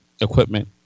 equipment